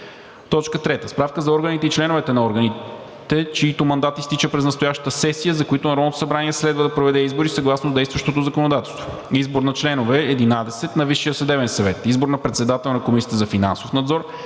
имущество. 3. Справка за органите и членове на органите, чийто мандат изтича през настоящата сесия, за които Народното събрание следва да проведе избори съгласно действащото законодателство – избор на членове на Висшия съдебен съвет – 11; избор на председател на Комисията за финансов надзор,